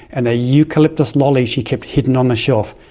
and the eucalyptus lollies she kept hidden on the shelf.